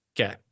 Okay